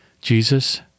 Jesus